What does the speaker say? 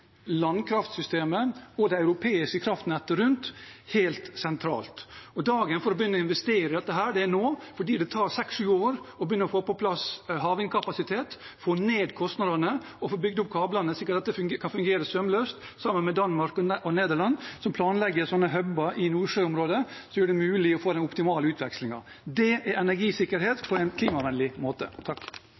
tar 6–7 år å få på plass havvindkapasitet, få ned kostnadene og få bygd opp kablene, slik at dette kan fungere sømløst sammen med Danmark og Nederland, som planlegger sånne huber i Nordsjø-området, noe som vil gjøre det mulig å få den optimale utvekslingen. Det er energisikkerhet på en klimavennlig måte.